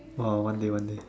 !wow! one day one day